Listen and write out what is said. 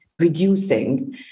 Reducing